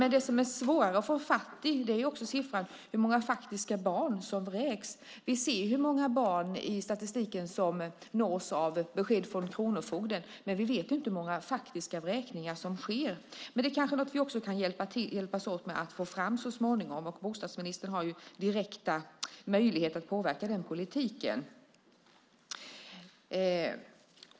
Men det som är svårare att få fatt i är en siffra på hur många barn som faktiskt vräks. Vi ser i statistiken hur många barn som nås av besked från kronofogden. Men vi vet inte hur många vräkningar som faktiskt sker. Men det kanske är något som vi kan hjälpas åt med att få fram så småningom. Bostadsministern har direkta möjligheter att påverka den politiken.